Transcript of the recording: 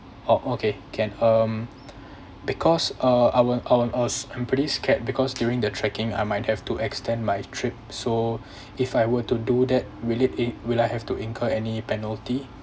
orh okay can um because uh I were I was I was pretty scare because during the trekking I might have to extend my trip so if I were to do that will it will I have to include any penalty